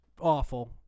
awful